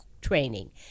training